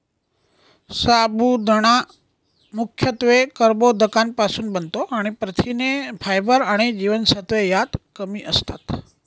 साबुदाणा मुख्यत्वे कर्बोदकांपासुन बनतो आणि प्रथिने, फायबर आणि जीवनसत्त्वे त्यात कमी असतात